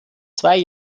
zwei